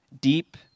deep